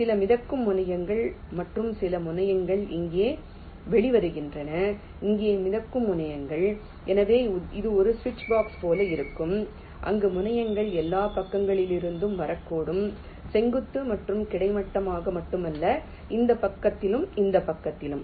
சில மிதக்கும் முனையங்கள் மற்றும் சில முனையங்கள் இங்கே வெளிவருகின்றன இங்கே மிதக்கும் முனையங்கள் எனவே இது ஒரு சுவிட்ச்பாக்ஸ் போல இருக்கும் அங்கு முனையங்கள் எல்லா பக்கங்களிலிருந்தும் வரக்கூடும் செங்குத்து மற்றும் கிடைமட்டமாக மட்டுமல்லாமல் இந்த பக்கத்திலும் இந்த பக்கத்திலும்